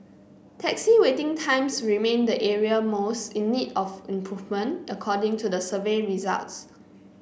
taxi waiting times remained the area most in need of improvement according to the survey results